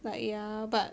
like ya but